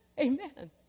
Amen